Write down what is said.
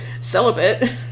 celibate